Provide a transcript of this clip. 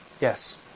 Yes